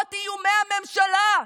למרות איומי הממשלה.